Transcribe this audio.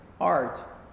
art